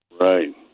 Right